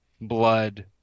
blood